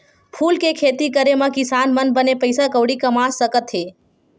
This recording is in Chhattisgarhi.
फूल के खेती करे मा किसान मन बने पइसा कउड़ी कमा सकत हे